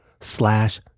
slash